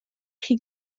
chi